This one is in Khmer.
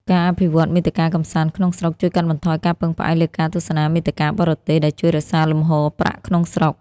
ការអភិវឌ្ឍន៍មាតិកាកម្សាន្តក្នុងស្រុក ជួយកាត់បន្ថយការពឹងផ្អែកលើការទស្សនាមាតិកាបរទេស ដែលជួយរក្សាលំហូរប្រាក់ក្នុងស្រុក។